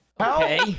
Okay